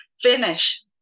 finish